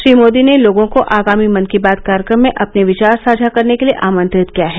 श्री मोदी ने लोगों को आगामी मन की बात कार्यक्रम में अपने विचार साझा करने के लिए आमंत्रित किया है